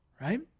right